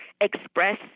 express